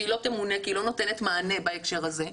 שהיא לא תמונה כי היא לא נותנת מענה בהקשר הזה,